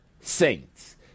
saints